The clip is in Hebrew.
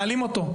מעלים אותו.